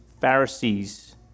Pharisees